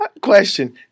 Question